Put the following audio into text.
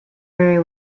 very